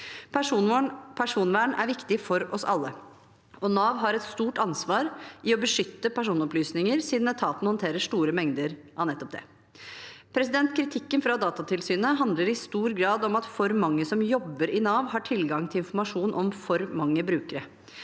Personvern er viktig for oss alle, og Nav har et stort ansvar med å beskytte personopplysninger siden etaten håndterer store mengder av nettopp det. Kritikken fra Datatilsynet handler i stor grad om at for mange som jobber i Nav, har tilgang til informasjon om for mange brukere.